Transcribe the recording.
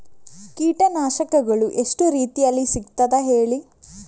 ಕೀಟನಾಶಕಗಳು ಎಷ್ಟು ರೀತಿಯಲ್ಲಿ ಸಿಗ್ತದ ಹೇಳಿ